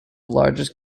largest